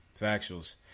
Factuals